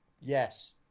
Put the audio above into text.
Yes